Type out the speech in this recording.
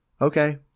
okay